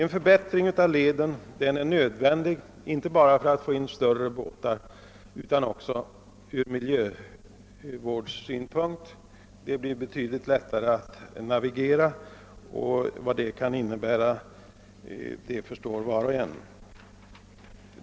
En förbättring av leden är nödvändig, inte bara för att kunna segla med större fartyg utan också ur miljövårdssynpunkt. Det blir nämligen därigenom betydligt lättare att navigera, och vad det kan innebära förstår var och en.